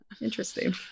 interesting